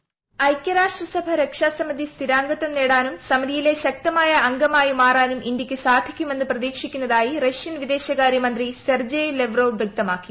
voice ഐക്യരാഷ്ട്രസഭ രക്ഷാ സമിതിയിൽ സ്ഥിരാംഗത്ഥം നേടാനും സമിതിയിലെ ശക്തമായ അംഗമായി മാറാനും ഇന്തൃയ്ക്ക് സാധിക്കുമെന്ന് പ്രതീക്ഷിക്കുന്നതായി റഷ്യൻ വിദേശകാര്യ മന്ത്രി സെർജേയ് ലവ്റോവ് വ്യകതമാക്കി